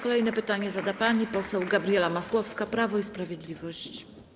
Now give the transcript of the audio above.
Kolejne pytanie zada pani poseł Gabriela Masłowska, Prawo i Sprawiedliwość.